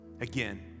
Again